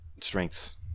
strengths